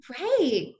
Right